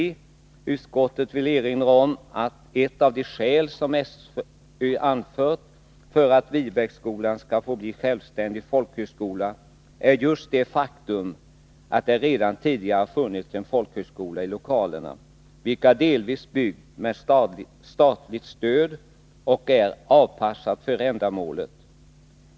Utskottet vill erinra om att ett av de skäl som SÖ anfört för att Viebäcksskolan skall få bli självständig folkhögskola är just det faktum att det redan tidigare funnits en folkhögskola i lokalerna, vilka delvis byggts med statligt stöd och är avpassade för ändamålet.